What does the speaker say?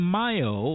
Mayo